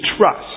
trust